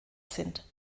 sind